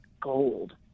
gold